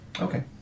Okay